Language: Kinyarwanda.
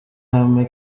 hame